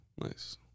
Nice